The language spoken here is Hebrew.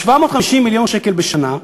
וזה 750 מיליון שקל בשנה,